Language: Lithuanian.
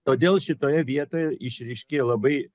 todėl šitoje vietoje išryškėja labai